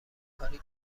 کاری